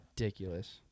Ridiculous